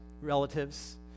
relatives